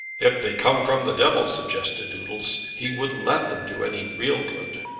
if they come from the devil, suggested doodles, he wouldn't let them do any real good.